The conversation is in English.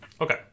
Okay